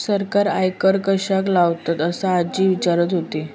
सरकार आयकर कश्याक लावतता? असा आजी विचारत होती